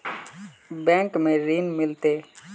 Bank में ऋण मिलते?